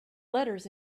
letters